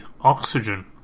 oxygen